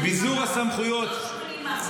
ביזור הסמכויות --- לא 80%,